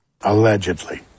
Allegedly